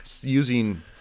using